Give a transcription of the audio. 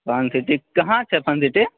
fun City कहाँ छै Fun city